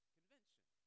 Convention